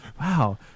Wow